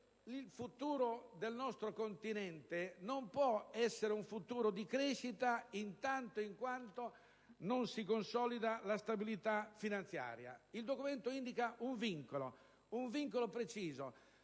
il futuro del nostro continente non può essere un futuro di crescita fintanto che non si consolida la stabilità finanziaria. Il documento indica un vincolo preciso: